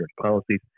policies